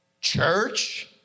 Church